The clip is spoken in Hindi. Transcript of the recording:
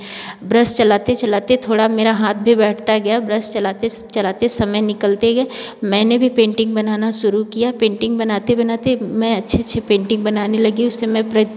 ब्रस चलाते चलाते थोड़ा मेरा हाथ भी बैठता गया ब्रश चलाते चलाते समय निकलते गए मैंने भी पेंटिंग बनाना शुरू किया पेंटिंग बनाते बनाते मैं अच्छे अच्छे पेंटिंग बनाने लगी उससे मैं प्र